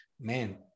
man